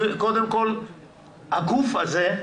הגוף הזה,